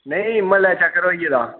नेईं म्हल्लै चक्कर होई गेदा